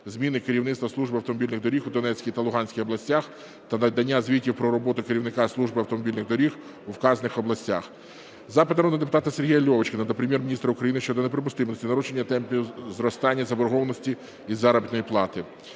зміни керівництва Служби автомобільних доріг у Донецькій та Луганській областях, та надання звітів про роботу керівників Служби автомобільних доріг у вказаних областях. Запит народного депутата Сергія Льовочкіна до Прем'єр-міністра України щодо неприпустимості нарощення темпів зростання заборгованості із заробітної плати.